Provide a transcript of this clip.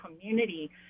community